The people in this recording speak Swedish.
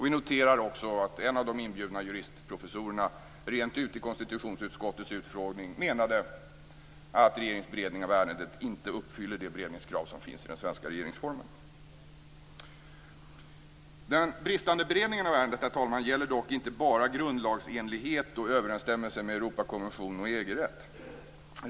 Vi noterar också att en av de inbjudna juristprofessorerna rent ut vid konstitutionsutskottets utfrågning sade att regeringens beredning av ärendet inte uppfyller det beredningskrav som finns i den svenska regeringsformen. Den bristande beredningen av ärendet, herr talman, gäller dock inte bara grundlagsenlighet och överensstämmelse med Europakonvention och EG rätt.